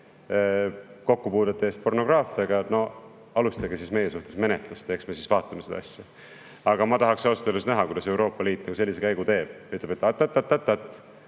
kokkupuudete eest pornograafiaga, alustage siis meie suhtes menetlust ja eks me siis vaatame seda asja." Ma tahaksin ausalt öeldes näha, kuidas Euroopa Liit teeb sellise käigu, et